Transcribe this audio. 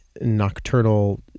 nocturnal